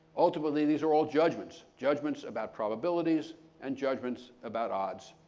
ultimately these are all judgments judgments about probabilities and judgments about odds.